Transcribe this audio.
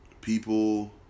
People